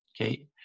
Okay